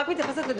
כי אין תקציב,